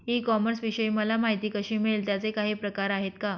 E कॉमर्सविषयी मला माहिती कशी मिळेल? त्याचे काही प्रकार आहेत का?